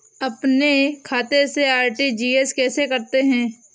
अपने खाते से आर.टी.जी.एस कैसे करते हैं?